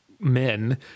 men